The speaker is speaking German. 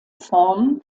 form